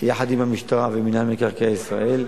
יחד עם המשטרה ומינהל מקרקעי ישראל,